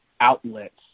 outlets